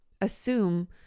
assume